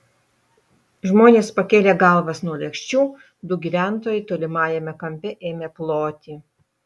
žmonės pakėlė galvas nuo lėkščių du gyventojai tolimajame kampe ėmė ploti